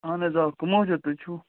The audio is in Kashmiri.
اَہن حظ آ کَم حظ چھُو تُہۍ چھُو